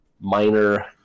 minor